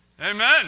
Amen